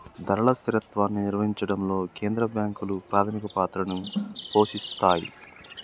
ధరల స్థిరత్వాన్ని నిర్వహించడంలో కేంద్ర బ్యాంకులు ప్రాథమిక పాత్రని పోషిత్తాయ్